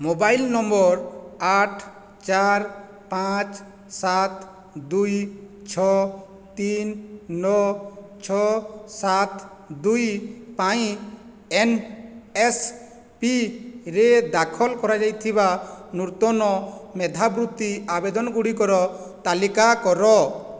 mobile number ଆଠ ଚାରି ପାଞ୍ଚ ସାତ ଦୁଇ ଛଅ ତିନି ନଅ ଛଅ ସାତ ଦୁଇ ପାଇଁ ଏନ୍ଏସ୍ପିରେ ଦାଖଲ କରାଯାଇଥିବା ନୂତନ ମେଧାବୃତ୍ତି ଆବେଦନ ଗୁଡ଼ିକର ତାଲିକା କର